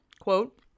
quote